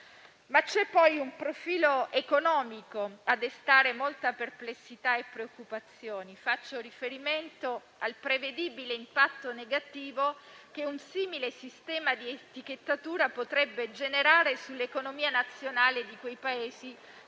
Vi è poi un profilo economico che desta molta perplessità e preoccupazioni. Faccio riferimento al prevedibile impatto negativo che un simile sistema di etichettatura potrebbe generare sull'economia nazionale di Paesi